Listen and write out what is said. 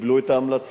קיבלו את ההמלצות.